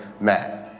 Matt